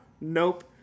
Nope